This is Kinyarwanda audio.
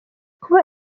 kuba